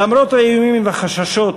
למרות האיומים והחששות,